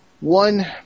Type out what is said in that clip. One